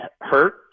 hurt